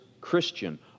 Christian